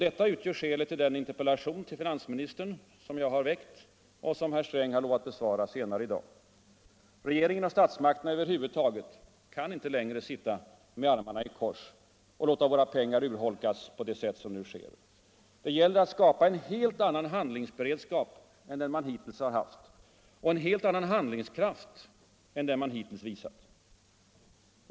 Detta utgör skälet till den interpellation till finansministern som jag har ställt och som herr Sträng lovat besvara senare i dag. Regeringen och statsmakterna över huvud taget kan inte längre sitta med armarna i kors och låta våra pengar urholkas på det sätt som nu sker. Det gäller att skapa en helt annan handlingsberedskap än den man hittills haft och en helt annan handlingskraft än den man hittills visat.